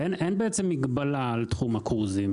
אין בעצם מגבלה על תחום הקרוזים.